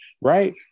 right